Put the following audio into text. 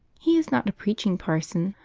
he is not a preaching parson,